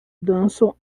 dançam